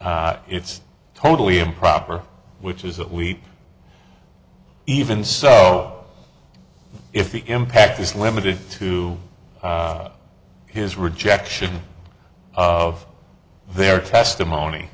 it's totally improper which is that we even so if the impact is limited to his rejection of their testimony